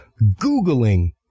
Googling